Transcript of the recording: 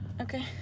Okay